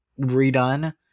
redone